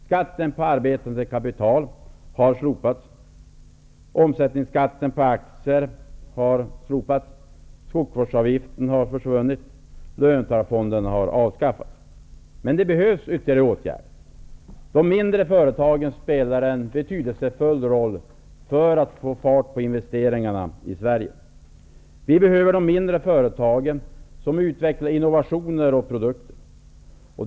Skatten på arbetande kapital har slopats, omsättningsskatten på aktier har slopats, skogsvårdsavgiften har försvunnit, löntagarfonden har avskaffats. Det behövs ytterligare åtgärder. De mindre företagen spelar en betydelsefull roll för att få fart på investeringarna i Sverige. Vi behöver de mindre företagen som utvecklar innovationer och produkter.